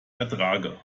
ertrage